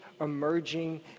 emerging